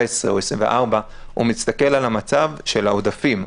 או 24 הוא מסתכל על המצב של העודפים.